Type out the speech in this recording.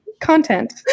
content